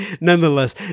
nonetheless